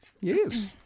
Yes